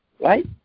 right